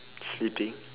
cheating